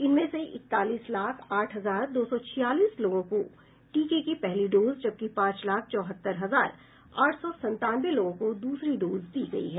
इनमें से इकतालीस लाख आठ हजार दो सौ छियालीस लोगों को टीके की पहली डोज जबकि पांच लाख चौहत्तर हजार आठ सौ संतानवे लोगों को दूसरी डोज दी गयी है